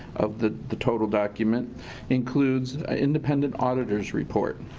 of the the total document includes an independent auditors report.